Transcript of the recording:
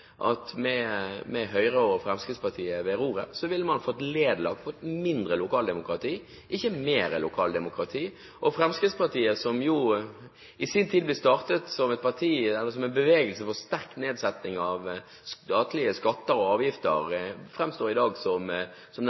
over at med Høyre og Fremskrittspartiet ved roret ville man fått det nedlagt – fått mindre lokaldemokrati, ikke mer lokaldemokrati. Fremskrittspartiet, som jo i sin tid ble startet som et parti – eller som en bevegelse – for sterk nedsetting av statlige skatter og avgifter, framstår i dag som den varmeste forsvarer av en sterk stat, som